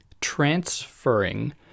transferring